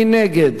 מי נגד?